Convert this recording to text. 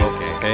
Okay